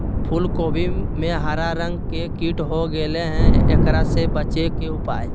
फूल कोबी में हरा रंग के कीट हो गेलै हैं, एकरा से बचे के उपाय?